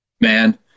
man